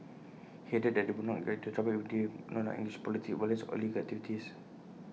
he added that they would not get into trouble if they do not engage in politics violence or illegal activities